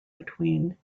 between